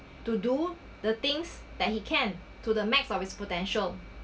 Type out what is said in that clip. to do the things that he can to the max of his potential